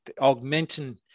augmenting